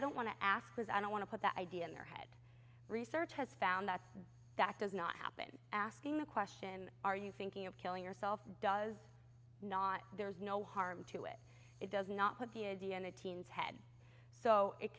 don't want to ask as i don't want to put that idea in their head research has found that that does not happen asking the question are you thinking of killing yourself does not there's no harm to it it does not have d n a teens head so it